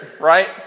right